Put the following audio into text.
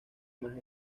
más